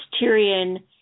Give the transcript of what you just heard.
Tyrion